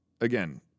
Again